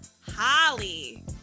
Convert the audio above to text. Holly